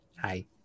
Hi